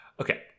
okay